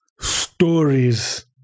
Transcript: stories